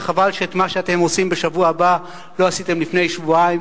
וחבל שאת מה שאתם עושים בשבוע הבא לא עשיתם לפני שבועיים,